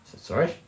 Sorry